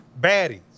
Baddies